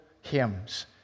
hymns